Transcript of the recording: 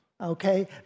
Okay